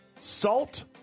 salt